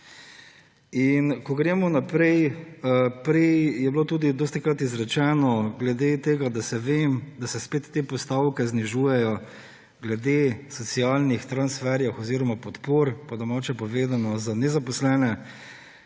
Gremo naprej. Prej je bilo dostikrat izrečeno tudi glede tega, da se spet te postavke znižujejo glede socialnih transferjev oziroma podpor, po domače povedano, za nezaposlene.